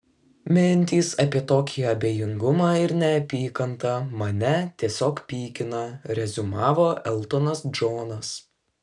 mintys apie tokį abejingumą ir neapykantą mane tiesiog pykina reziumavo eltonas džonas